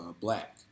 black